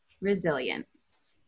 resilience